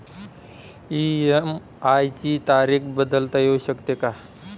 EMI ची तारीख बदलता येऊ शकते का?